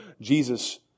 Jesus